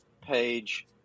page